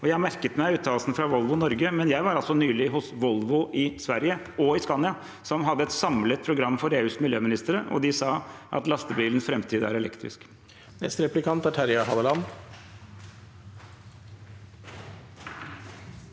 Jeg har merket meg uttalelsen fra Volvo Norge, men jeg var nylig hos Volvo i Sverige, og hos Scania, som hadde et samlet pro gram for EUs miljøministre, og de sa at lastebilens framtid er elektrisk. Terje Halleland